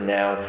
now